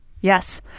Yes